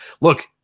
look